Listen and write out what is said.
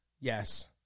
Yes